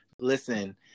Listen